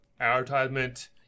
advertisement